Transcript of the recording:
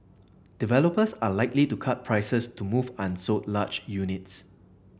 developers are likely to cut prices to move unsold large units